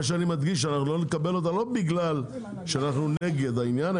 מה שאני מדגיש הוא שאנחנו לא לקבל אותה לא בגלל שאנחנו נגד העניין,